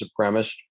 supremacist